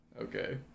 Okay